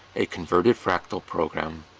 a converted fractal program,